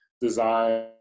design